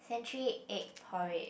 century egg porridge